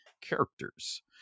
characters